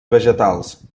vegetals